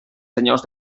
senyors